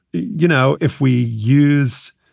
you know, if we use,